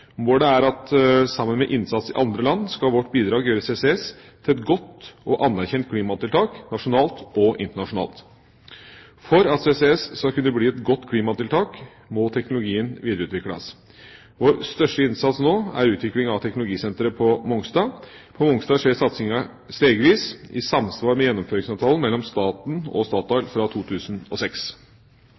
Målet er at vårt bidrag sammen med innsats i andre land skal gjøre CCS til et godt og anerkjent klimatiltak nasjonalt og internasjonalt. For at CCS skal kunne bli et godt klimatiltak, må teknologien videreutvikles. Vår største innsats nå er utvikling av teknologisenteret på Mongstad. På Mongstad skjer satsinga stegvis, i samsvar med gjennomføringsavtalen mellom staten og Statoil fra 2006.